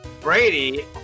Brady